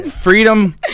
Freedom